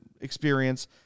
experience